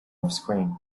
offscreen